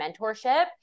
mentorship